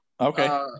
okay